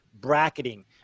bracketing